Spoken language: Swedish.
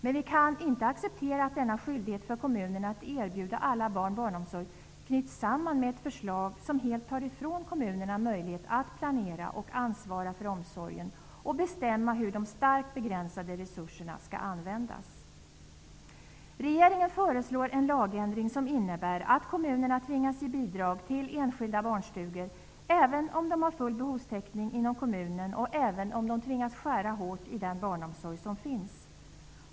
Men vi kan inte acceptera att denna skyldighet för kommunerna att erbjuda alla barn barnomsorg knyts samman med ett förslag som helt tar ifrån kommunerna möjlighet att planera och ansvara för omsorgen och bestämma hur de starkt begränsade resurserna skall användas. Regeringen föreslår en lagändring som innebär att kommunerna tvingas ge bidrag till enskilda barnstugor även om de har full behovstäckning inom kommunen och även om de tvingas skära hårt i den barnomsorg som finns.